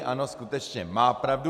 Ano, skutečně, má pravdu.